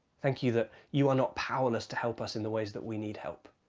thank you that you are not powerless to help us in the ways that we need help.